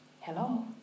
Hello